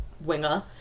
winger